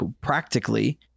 practically